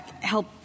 help